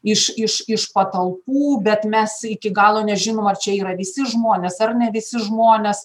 iš iš iš patalpų bet mes iki galo nežinom ar čia yra visi žmonės ar ne visi žmonės